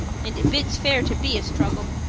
and it bids fair to be a struggle!